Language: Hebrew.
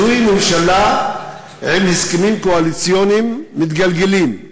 זו ממשלה עם הסכמים קואליציוניים מתגלגלים,